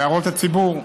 להראות לציבור,